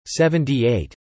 78